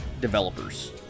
developers